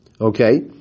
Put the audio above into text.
Okay